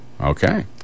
Okay